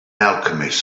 alchemist